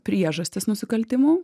priežastis nusikaltimų